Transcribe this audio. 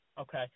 Okay